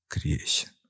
creation